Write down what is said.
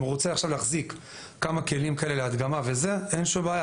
אם הוא רוצה עכשיו להחזיק כמה כלים כאלה להדגמה וזה - אין שום בעיה,